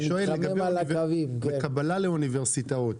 אני שואל לגבי קבלה לאוניברסיטאות.